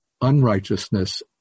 unrighteousness